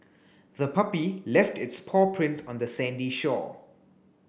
the puppy left its paw prints on the sandy shore